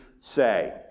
say